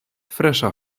freŝa